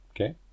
Okay